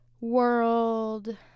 world